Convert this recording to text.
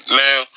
now